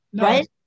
Right